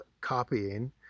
copying